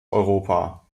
europa